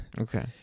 Okay